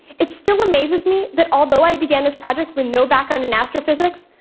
it still amazes me that although i began this project with no background in astrophysics,